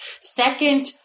Second